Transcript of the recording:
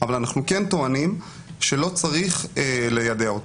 אבל אנחנו כן טוענים שלא צריך ליידע אותו.